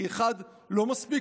כי אחד לא מספיק,